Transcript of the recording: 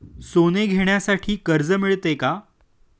सोने घेण्यासाठी कर्ज मिळते का?